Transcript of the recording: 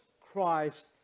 Christ